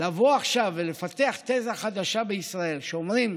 לבוא עכשיו ולפתח תזה חדשה בישראל, שאומרים: